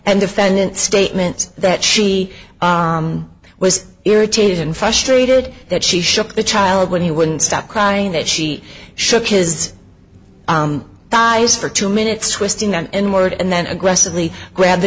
and defendant statements that she was irritated and frustrated that she shook the child when he wouldn't stop crying that she shook his thighs for two minutes twisting and word and then aggressively grab the